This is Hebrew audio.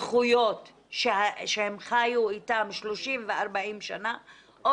זכויות שהם חיו איתם 30 ו-40 שנה או